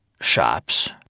shops